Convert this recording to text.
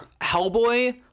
Hellboy